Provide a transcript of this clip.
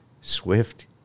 Swift